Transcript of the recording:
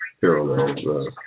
parallels